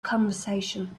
conversation